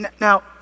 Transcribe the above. Now